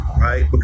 right